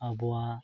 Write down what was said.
ᱟᱵᱚᱣᱟᱜ